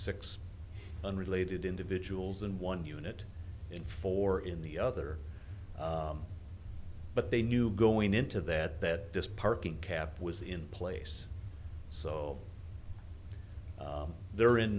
six unrelated individuals in one unit in four in the other but they knew going into that that this parking cap was in place so they're in